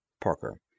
Parker